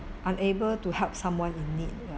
unable to help someone in need